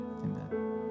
Amen